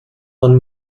man